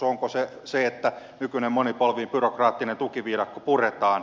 onko se se että nykyinen monipolvinen byrokraattinen tukiviidakko puretaan